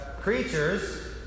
creatures